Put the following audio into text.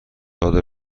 چادر